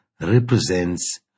represents